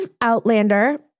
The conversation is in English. Outlander